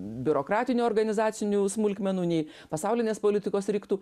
biurokratinių organizacinių smulkmenų nei pasaulinės politikos riktų